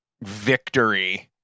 victory